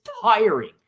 tiring